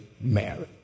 married